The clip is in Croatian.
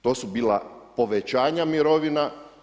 To su bila povećanja mirovina.